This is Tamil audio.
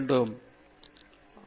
பேராசிரியர் பிரதாப் ஹரிதாஸ் சரி